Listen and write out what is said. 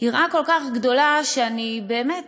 יראה כל כך גדולה שאני באמת